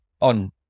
on